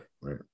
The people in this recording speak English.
Right